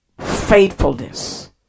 faithfulness